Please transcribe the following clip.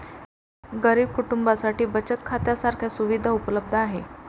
गरीब कुटुंबांसाठी बचत खात्या सारख्या सुविधा उपलब्ध आहेत